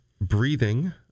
breathing